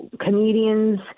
comedians